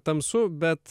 tamsu bet